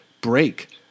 break